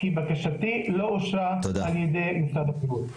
כי בקשתי לא אושרה על ידי משרד הבריאות.